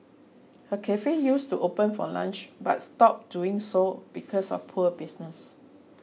her cafe used to open for lunch but stopped doing so because of poor business